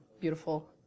beautiful